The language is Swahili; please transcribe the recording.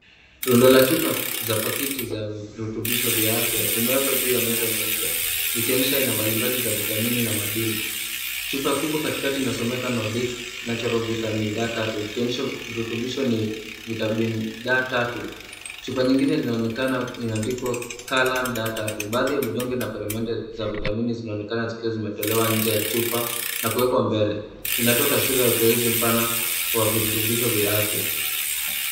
Rola za chupa za pakiti za virutubisho vya afya zimewekwa juu ya meza nyeupe zikionyesha aina mbalimbali za vitamini na madini. Chupa kubwa katikati inasomeka Nordic Natural Vitamin D3 zikionyesha virutubisho ni vitamin D3 . Chupa nyingine zinaonekana imeandikwa Kirkland D3 . Baadhi ya vidonge na peremende za vitamini zinaonekana zikiwa zimetolewa nje ya chupa na kuwekwa mbele. Inatoa taswira ya uteuzi mpana wa virutubisho vya afya.